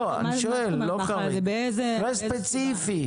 מקרה ספציפי.